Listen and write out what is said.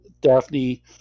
Daphne